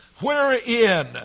Wherein